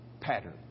pattern